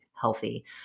healthy